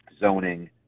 zoning